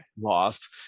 lost